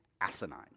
asinine